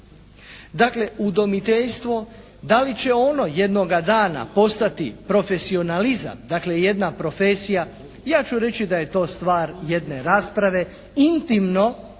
Dakle udomiteljstvo, da li će ono jednoga dana postati profesionalizam. Dakle jedna profesija ja ću reći da je to stvar jedne rasprave. Intimno,